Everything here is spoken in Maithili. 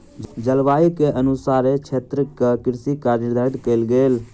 जलवायु के अनुसारे क्षेत्रक कृषि काज निर्धारित कयल गेल